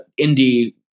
indie